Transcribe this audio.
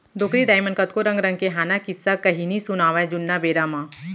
डोकरी दाइ मन कतको रंग रंग के हाना, किस्सा, कहिनी सुनावयँ जुन्ना बेरा म